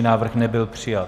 Návrh nebyl přijat.